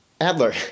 Adler